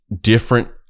different